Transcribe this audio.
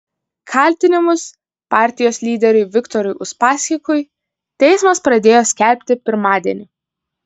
kaltinimus partijos lyderiui viktorui uspaskichui teismas pradėjo skelbti pirmadienį